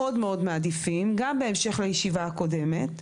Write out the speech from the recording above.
גם בהמשך לישיבה הקודמת,